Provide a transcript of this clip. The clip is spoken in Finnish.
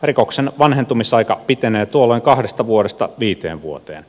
rikoksen vanhentumisaika pitenee tuolloin kahdesta vuodesta viiteen vuoteen